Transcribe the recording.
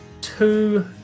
two